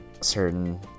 certain